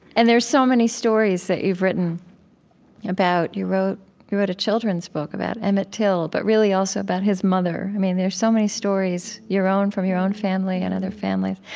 and there's so many stories that you've written about you wrote you wrote a children's book about emmett till, but really also about his mother. i mean, there's so many stories, your own from your own family and other families.